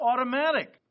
automatic